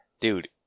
Dude